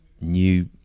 new